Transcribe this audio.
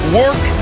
work